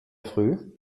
früh